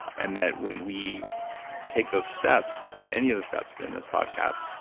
and that when we take those steps, any of the steps in this podcast,